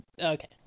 okay